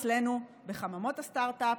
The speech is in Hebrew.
אצלנו, בחממות הסטרטאפ,